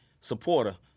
supporter